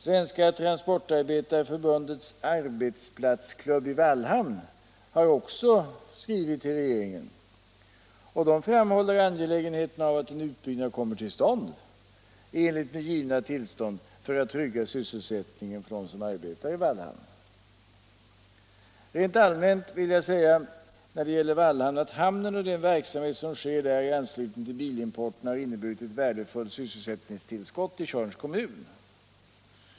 Svenska transportarbetareförbundets arbetsplatsklubb i Wallhamn har också skrivit till regeringen, varvid klubben framhållit angelägenheten av att en utbyggnad kommer till stånd enligt givna tillstånd, och detta för att trygga sysselsättningen för dem som arbetar i Wallhamn. Rent allmänt vill jag när det gäller Wallhamn säga att hamnen och den verksamhet som bedrivs där i anslutning till bilimporten har inneburit ett värdefullt sysselsättningstillskott i Tjörns kommun.